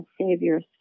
savior's